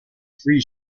free